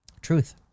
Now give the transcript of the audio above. truth